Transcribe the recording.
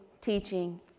teaching